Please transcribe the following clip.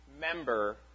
member